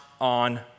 on